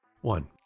One